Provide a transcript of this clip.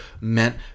meant